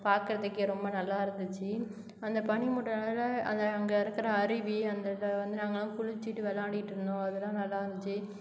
பார்க்கறத்துக்கே ரொம்ப நல்லா இருந்துச்சு அந்த பனி மூட்டம்னால் அந்த அங்கே இருக்கிற அருவி அங்கே வந்து நாங்கெலாம் குளிச்சுட்டு விளாடிட்ருந்தோம் அதெலாம் நல்லாயிருந்துச்சி